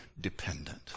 dependent